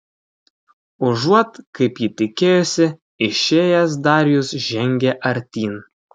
užuot kaip ji tikėjosi išėjęs darijus žengė artyn